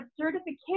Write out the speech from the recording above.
certification